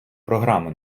програми